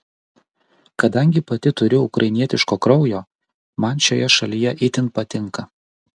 kadangi pati turiu ukrainietiško kraujo man šioje šalyje itin patinka